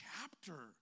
chapter